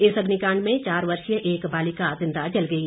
इस अग्निकांड में चार वर्षीय एक बालिका जिंदा जल गई